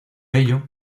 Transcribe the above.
ello